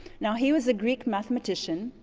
now, he was a greek mathematician,